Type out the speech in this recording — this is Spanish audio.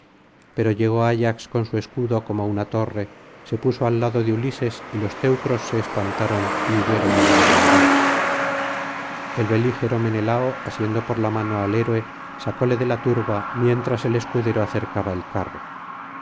pero llegó ayax con su escudo como una torre se puso al lado de ulises y los teucros se espantaron y huyeron á la desbandada el belígero menelao asiendo por la mano al héroe sacóle de la turba mientras el escudero acercaba el carro